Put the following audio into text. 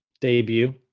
debut